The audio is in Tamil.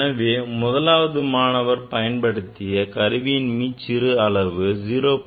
எனவே முதலாவது மாணவர் பயன்படுத்திய கருவியின் மீச்சிறு அளவு 0